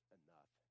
enough